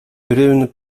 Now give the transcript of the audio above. brun